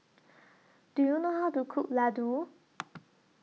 Do YOU know How to Cook Ladoo